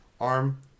arm